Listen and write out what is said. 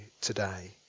today